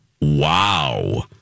wow